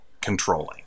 controlling